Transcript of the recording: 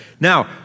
Now